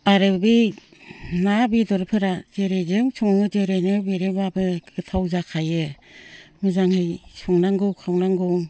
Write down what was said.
आरो बे ना बेदरफोरा जेरैजों सङो जेरैनो मेरैबाबो गोथाव जाखायो मोजायै संनांगौ खावनांगौ